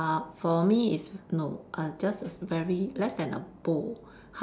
uh for me is no err just a very less than a bowl